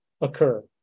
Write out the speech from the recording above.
occur